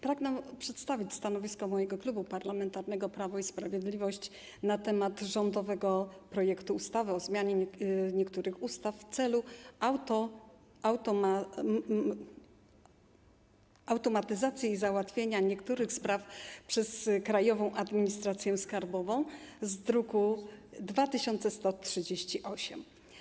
Pragnę przedstawić stanowisko Klubu Parlamentarnego Prawo i Sprawiedliwość wobec rządowego projektu ustawy o zmianie niektórych ustaw w celu automatyzacji załatwiania niektórych spraw przez Krajową Administrację Skarbową, druk nr 2138.